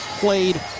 Played